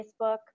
Facebook